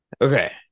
Okay